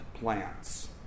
plants